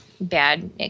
bad